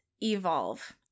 evolve